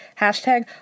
Hashtag